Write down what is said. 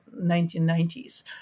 1990s